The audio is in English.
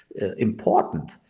important